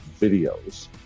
videos